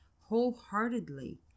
wholeheartedly